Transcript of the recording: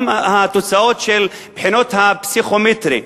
גם התוצאות של הבחינות הפסיכומטריות,